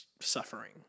suffering